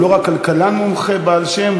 הוא לא רק כלכלן מומחה בעל שם,